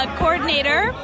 coordinator